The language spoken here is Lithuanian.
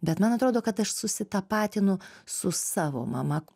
bet man atrodo kad aš susitapatinu su savo mama